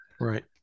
Right